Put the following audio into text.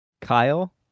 Kyle